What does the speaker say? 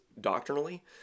doctrinally